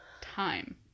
time